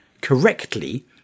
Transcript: correctly